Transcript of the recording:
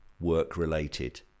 work-related